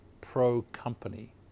pro-company